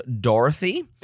Dorothy